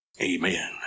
Amen